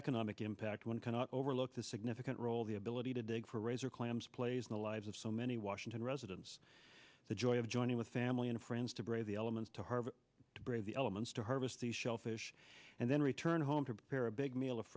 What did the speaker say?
economic impact one cannot overlook the significant role the ability to dig for razor clams plays in the lives of so many washington residents the joy of joining with family and friends to brave the elements to hard to brave the elements to harvest the shellfish and then return home prepare a big meal